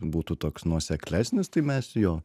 būtų toks nuoseklesnis tai mes jo